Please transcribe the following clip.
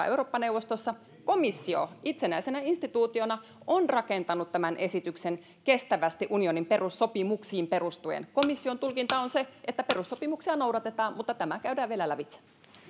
eurooppa neuvostossa komissio itsenäisenä instituutiona on rakentanut tämän esityksen kestävästi unionin perussopimuksiin perustuen komission tulkinta on se että perussopimuksia noudatetaan mutta tämä käydään vielä lävitse